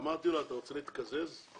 בעקבות הפגישות שקיימנו,